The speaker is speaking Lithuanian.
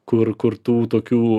kur kur tų tokių